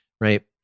Right